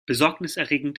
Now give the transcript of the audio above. besorgniserregend